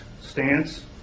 stance